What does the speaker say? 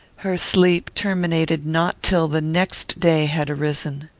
her sleep terminated not till the next day had arisen.